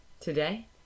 Today